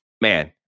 man